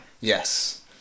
Yes